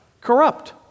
corrupt